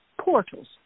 portals